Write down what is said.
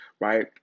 right